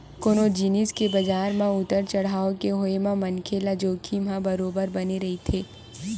कोनो जिनिस के बजार म उतार चड़हाव के होय म मनखे ल जोखिम ह बरोबर बने रहिथे